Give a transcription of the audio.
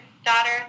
daughter